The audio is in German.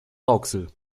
rauxel